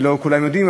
שלא כולם יודעים,